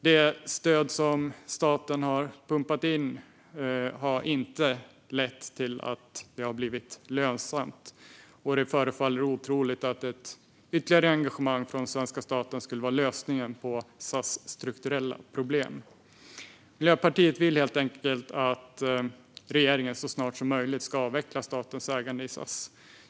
Det stöd som staten har pumpat in har inte lett till att SAS har blivit lönsamt, och det förefaller otroligt att ytterligare engagemang från svenska staten skulle vara lösningen på SAS strukturella problem. Miljöpartiet vill helt enkelt att regeringen så snart som möjligt ska avveckla statens ägande i SAS.